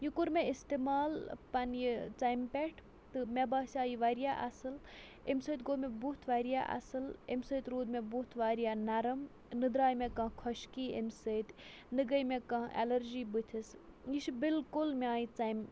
یہِ کوٚر مےٚ استعمال پنٛنہِ ژَمہِ پٮ۪ٹھ تہٕ مےٚ باسیو یہِ واریاہ اَصٕل اَمہِ سۭتۍ گوٚو مےٚ بُتھ واریاہ اَصٕل اَمہِ سۭتۍ روٗد مےٚ بُتھ واریاہ نَرم نہٕ درٛاے مےٚ کانٛہہ خۄشکی امہِ سۭتۍ نہٕ گٔے مےٚ کانٛہہ اٮ۪لَرجی بٔتھِس یہِ چھُ بالکُل میٛانہِ ژمہِ